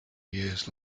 years